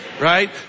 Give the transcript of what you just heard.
Right